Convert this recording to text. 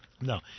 No